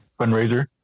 fundraiser